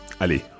Allez